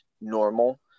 normal